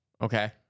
Okay